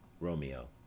Romeo